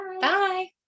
bye